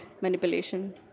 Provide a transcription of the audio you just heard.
manipulation